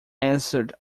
answered